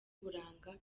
uburanga